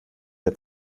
der